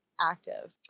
active